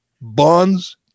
Bonds